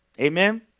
Amen